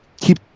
keep